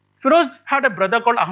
firoz had a brother called